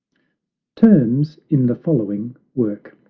terms in the following work.